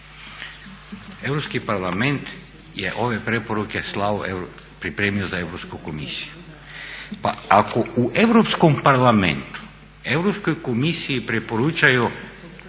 Europski parlament je ove preporuke pripremio za Europsku komisiju. Pa ako u Europskom parlamentu Europskoj komisiji preporučuju